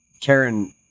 Karen